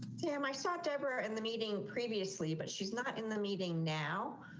damn, i stopped ever in the meeting. previously, but she's not in the meeting now.